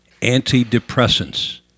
antidepressants